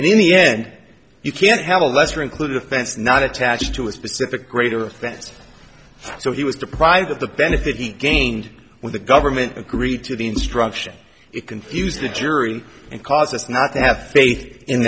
in the end you can't have a lesser included offense not attached to a specific greater offense so he was deprived of the benefit he gained when the government agreed to the instruction it confused the jury and cause us not to have faith in